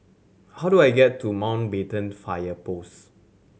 how do I get to Mountbatten Fire Post